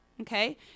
okay